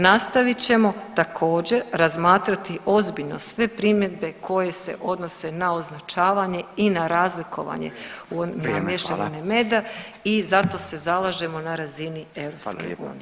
Nastavit ćemo također razmatrati ozbiljno sve primjedbe koje se odnose na označavanje i na razlikovanje na mješavini meda i zato se zalažemo na razini EU.